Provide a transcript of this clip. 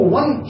one